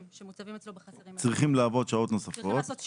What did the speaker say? שמוצבים אצלו בחצרים צריכים לעבוד שעות נוספות